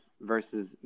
versus